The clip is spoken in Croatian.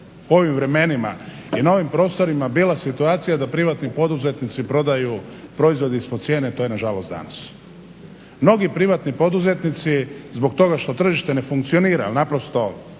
u ovim vremenima i na ovim prostorima bila situacija da privatni poduzetnici prodaju proizvode ispod cijene to je na žalost danas. Mnogi privatni poduzetnici zbog toga što tržište ne funkcionira jer naprosto